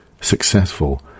successful